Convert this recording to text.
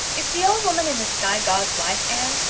is the old woman in the sky god's wife, anne?